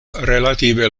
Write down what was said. relative